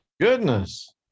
goodness